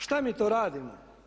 Šta mi to radimo?